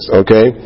okay